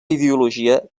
ideologia